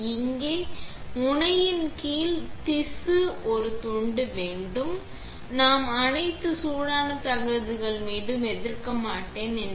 இங்கே முனையின் கீழ் திசு ஒரு துண்டு வேண்டும் முக்கியம் எனவே நாம் அனைத்து சூடான தகடுகள் மீது எதிர்க்க மாட்டேன் என்று